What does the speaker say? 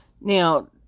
Now